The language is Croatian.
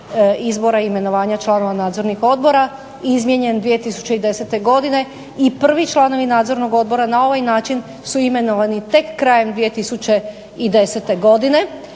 izbora i imenovanja članova nadzornih odbora izmijenjen 2010. godine i prvi članovi nadzornog odbora na ovaj način su imenovani tek krajem 2010. godine.